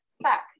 back